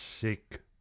sick